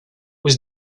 was